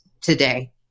today